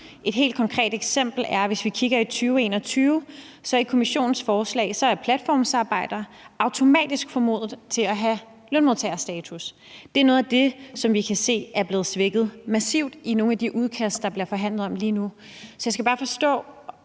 Et helt konkret eksempel er Kommissionens forslag fra 2021, hvor platformsarbejdere automatisk formodes at have lønmodtagerstatus. Det er noget af det, som vi kan se er blevet svækket massivt i nogle af de udkast, der bliver forhandlet om lige nu. Så jeg skal bare forstå,